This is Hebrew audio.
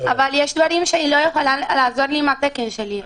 אבל יש דברים שהיא לא יכולה לעזור לי עם התקן שלי.